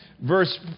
Verse